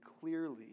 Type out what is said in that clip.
clearly